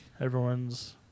everyone's